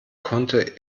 konnte